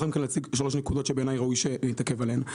ולהציג שלוש נקודות שבעיניי ראוי שנתעכב עליהן: